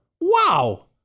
wow